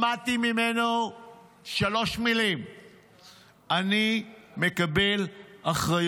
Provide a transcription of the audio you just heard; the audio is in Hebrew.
שמעתי את הרשימה הארוכה, מאחד מחברי